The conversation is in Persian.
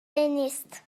نیست